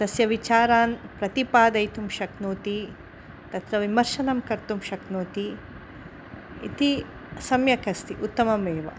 तस्य विचारान् प्रतिपादयितुं शक्नोति तत्र विमर्शनं कर्तुं शक्नोति इति सम्यकस्ति उत्तममेव